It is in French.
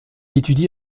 étudie